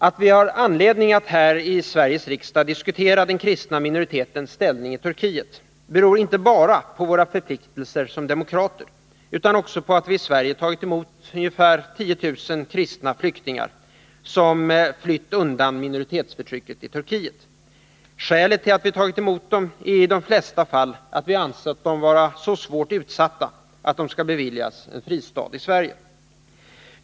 Att vi har anledning att här i Sveriges riksdag diskutera den kristna minoritetens ställning i Turkiet beror inte bara på våra förpliktelser som demokrater, utan också på att vi i Sverige tagit emot ungefär 10 000 kristna flyktingar, som flytt undan minoritetsförtrycket i Turkiet. Skälet till att vi Nr 43 tagit emot dem är i de flesta fall att vi ansett dem vara så svårt utsatta att de skall beviljas en fristad i Sverige.